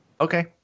Okay